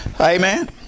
Amen